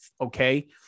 Okay